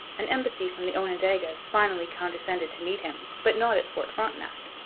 an embassy from the onondagas finally condescended to meet him, but not at fort frontenac.